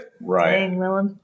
Right